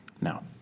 Now